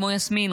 כמו יסמין,